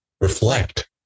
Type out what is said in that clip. reflect